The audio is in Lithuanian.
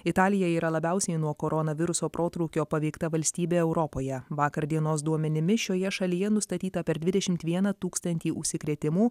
italija yra labiausiai nuo koronaviruso protrūkio paveikta valstybė europoje vakar dienos duomenimis šioje šalyje nustatyta per dvidešimt vieną tūkstantį užsikrėtimų